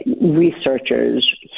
researchers